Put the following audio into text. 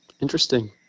Interesting